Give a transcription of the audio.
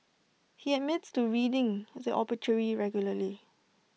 he admits to reading the obituary regularly